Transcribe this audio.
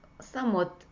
somewhat